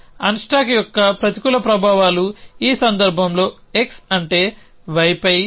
unstack యొక్క ప్రతికూల ప్రభావాలు ఈ సందర్భంలో x అంటే yపై KJ